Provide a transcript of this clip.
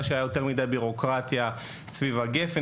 שהייתה יותר מדיי ביורוקרטיה סביב גפ"ן.